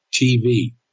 TV